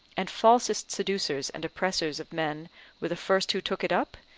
and falsest seducers and oppressors of men were the first who took it up,